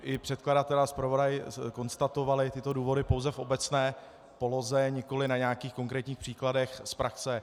I předkladatel a zpravodaj konstatovali tyto důvody pouze v obecné poloze, nikoliv na nějakých konkrétních příkladech z praxe.